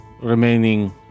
remaining